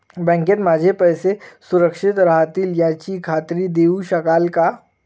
बँकेत माझे पैसे सुरक्षित राहतील याची खात्री देऊ शकाल का?